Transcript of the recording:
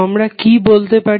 তো আমরা কি বলতে পারি